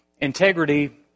Integrity